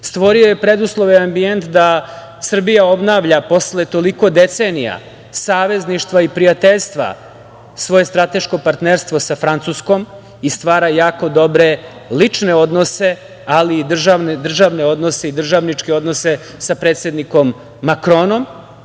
ljudi. Stvorio je preduslove i ambijent da Srbija obnavlja posle toliko decenija, savezništva i prijateljstva, svoje strateško partnerstvo sa Francuskom i stvara jako dobre lične odnose, ali i državne i državničke odnose sa predsednikom Makronom,